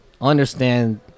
understand